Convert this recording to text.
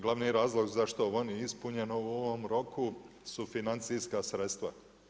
Glavno razlog zašto ovo nije ispunjeno u ovom roku, su financijska sredstva.